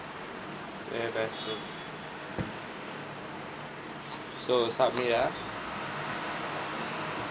where best bro so subway ah